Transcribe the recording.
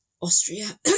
Austria